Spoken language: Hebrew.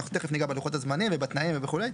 אנחנו תכף ניגע בלוחות הזמנים ובתנאים וכו'.